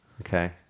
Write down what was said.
Okay